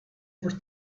over